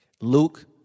Luke